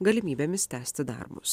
galimybėmis tęsti darbus